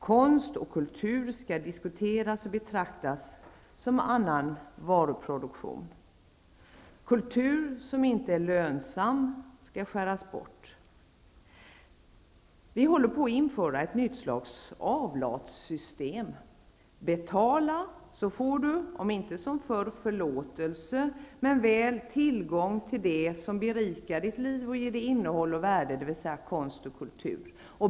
Konst och kultur skall diskuteras och betraktas som annan varuproduktion. Kultur som inte är lönsam skall skäras bort. Vi håller på att införa ett nytt slags avlatssystem: Betala så får du -- inte, som förr, förlåtelse men väl tillgång till det som berikar ditt liv och ger det innehåll och värde, dvs. konst och kultur.